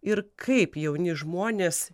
ir kaip jauni žmonės